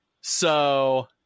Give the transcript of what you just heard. So-